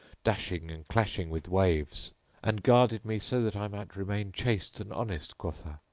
dashing and clashing with waves and guarded me so that i might remain chaste and honest, quotha!